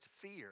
fear